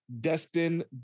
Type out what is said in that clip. Destin